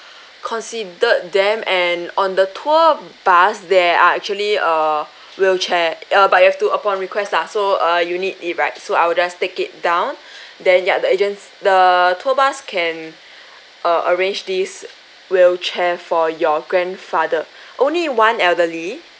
considered them and on the tour bus there are actually a wheelchair uh but you have to upon request lah so uh you need it right so I will just take it down then ya the agents the tour bus can uh arrange this wheelchair for your grandfather only one elderly